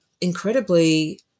incredibly